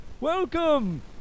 Welcome